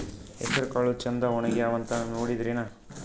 ಹೆಸರಕಾಳು ಛಂದ ಒಣಗ್ಯಾವಂತ ನೋಡಿದ್ರೆನ?